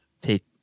take